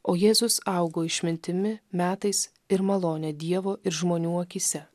o jėzus augo išmintimi metais ir malone dievo ir žmonių akyse